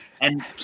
And-